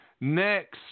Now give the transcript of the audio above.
Next